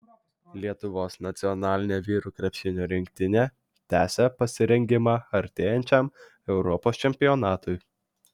lietuvos nacionalinė vyrų krepšinio rinktinė tęsią pasirengimą artėjančiam europos čempionatui